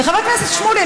וחבר הכנסת שמולי,